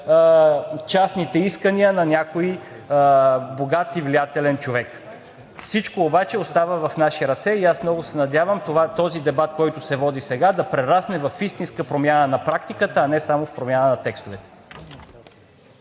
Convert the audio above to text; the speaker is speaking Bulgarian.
частните искания на някой богат и влиятелен човек. Всичко обаче остава в наши ръце и аз много се надявам този дебат, който се води сега, да прерасне в истинска промяна на практиката, а не само в промяна на текстовете.